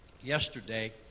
yesterday